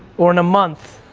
or in a month,